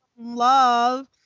Love